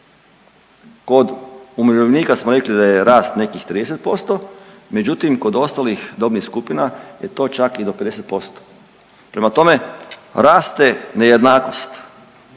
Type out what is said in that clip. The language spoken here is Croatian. Kod umirovljenika smo rekli da je rast nekih 30%, međutim kod ostalih dobnih skupina je to čak i do 50%. Prema tome raste nejednakost,